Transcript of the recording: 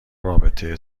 رابطه